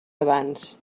abans